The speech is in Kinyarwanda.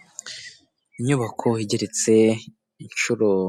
Abantu benshi harimo umugabo wambaye ishati ijya gusa umutuku